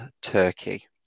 Turkey